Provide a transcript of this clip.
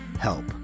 help